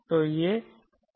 तो वह खुश है